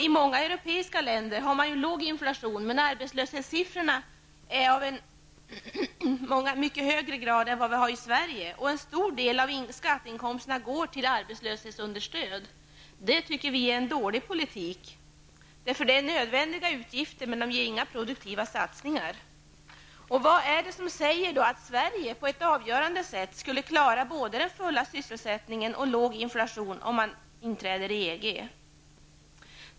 I många europeiska länder är inflationen låg, medan arbetslösheten är mycket högre än arbetslösheten i Sverige. En stor del av skatteinkomsterna går till arbetslöshetsunderstöd. Det tycker vi i vänsterpartiet i är en dålig politik. Det är i och för sig nödvändiga utgifter. Men det här innebär inte några produktiva satsningar. Vad är det som säger att Sverige på ett avgörande sätt skulle klara både full sysselsättning och låg inflation vid ett inträde i EG?